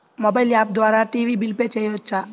Mobile app ద్వారా TV bill pay చేయవచ్చా?